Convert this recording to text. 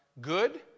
good